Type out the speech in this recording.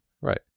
right